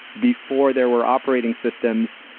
before there were operating systems,